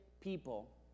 people